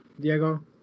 Diego